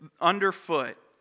underfoot